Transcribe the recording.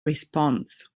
response